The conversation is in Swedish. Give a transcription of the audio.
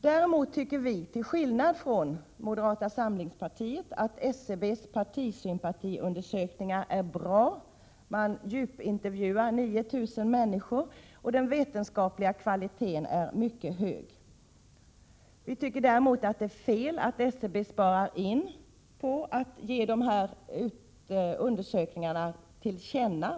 Däremot tycker vi till skillnad från moderata samlingspartiet att SCB:s partisympatiundersökningar är bra. Man djupintervjuar 9 000 människor, och den vetenskapliga kvaliteten är mycket hög. Vi tycker dock att det är fel att SCB sparar in på att ge de här undersökningarna till känna.